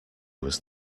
was